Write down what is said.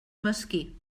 mesquí